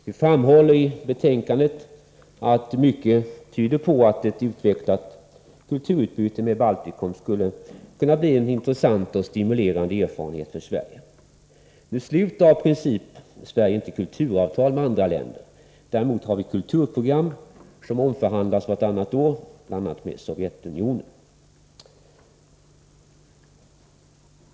Vi framhåller i betänkandet att mycket tyder på att ett utvecklat kulturutbyte med Baltikum skulle kunna bli en intressant och stimulerande erfarenhet för Sverige. Nu sluter Sverige av princip inte kulturavtal med andra länder. Däremot har vi kulturprogram, som omförhandlas vartannat år, bl.a. med Sovjetunionen.